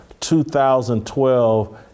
2012